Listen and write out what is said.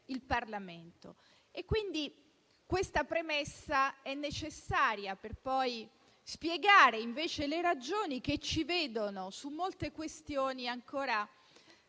il Parlamento. Tale premessa è necessaria per spiegare invece le ragioni che ci vedono su molte questioni ancora con